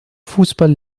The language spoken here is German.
fußball